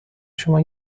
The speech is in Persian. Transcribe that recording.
شما